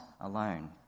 alone